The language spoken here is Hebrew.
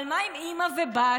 אבל מה עם אימא ובת?